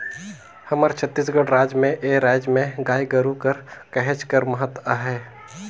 हमर छत्तीसगढ़ राज में ए राएज में गाय गरू कर कहेच कर महत अहे